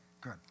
good